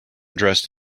dressed